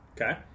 Okay